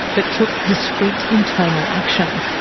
but took discreet internal action.